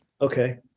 Okay